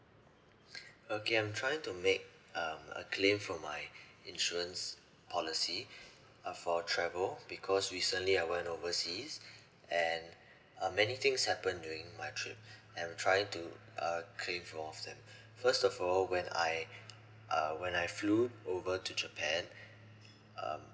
okay I'm trying to make um a claim from my insurance policy uh for a travel because recently I went overseas and uh many things happened during my trip I'm trying to uh claim for all of them first of all when I uh when I flew over to japan um